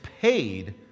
paid